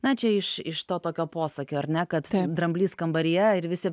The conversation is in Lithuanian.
na čia iš iš to tokio posakio ar ne kad dramblys kambaryje ir visi